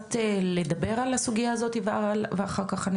קצת לדבר על הסוגיה הזאתי ואחר כך אני